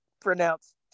pronounced